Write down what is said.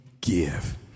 give